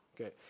okay